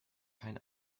kein